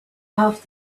off